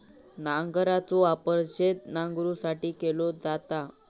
नांगराचो वापर शेत नांगरुसाठी केलो जाता